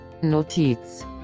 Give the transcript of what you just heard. Notiz